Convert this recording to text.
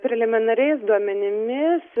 preliminariais duomenimis